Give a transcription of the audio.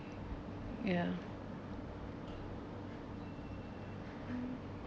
ya